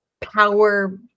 power